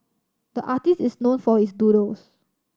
the artist is known for his doodles